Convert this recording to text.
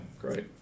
great